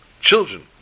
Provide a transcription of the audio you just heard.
children